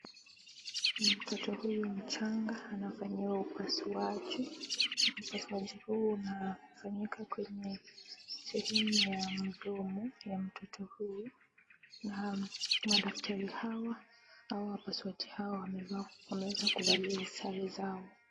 Mtoto huyu mchanga anafanyiwa upasuaji. Upasuaji huu unafanyika kweye sehemu ya mdomo ya mtoto huyu na madaktari hawa au wapasuaji hawa wameweza kuvalia sare zao.